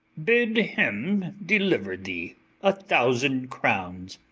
bid him deliver thee a thousand crowns,